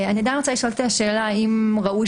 אני עדיין רוצה לשאול את השאלה האם ראוי